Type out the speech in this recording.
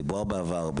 דיברו בעבר,